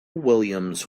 williams